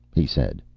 he said.